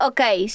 Okay